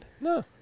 No